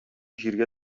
җиргә